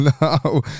no